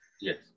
Yes